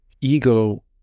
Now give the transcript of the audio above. ego